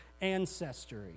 ancestry